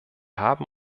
haben